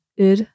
Ur